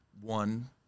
one